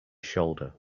shoulder